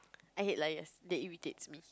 I hate liars they irritates me